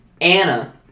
Anna